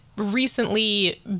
recently